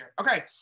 Okay